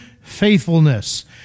faithfulness